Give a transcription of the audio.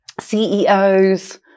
CEOs